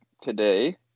today